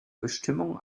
bestimmung